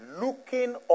Looking